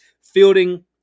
fielding